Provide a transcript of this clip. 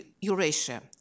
Eurasia